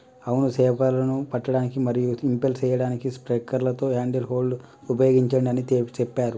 అవును సేపలను పట్టడానికి మరియు ఇంపెల్ సేయడానికి స్పైక్లతో హ్యాండ్ హోల్డ్ ఉపయోగించండి అని సెప్పారు